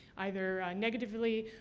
either negatively,